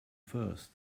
first